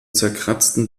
zerkratzten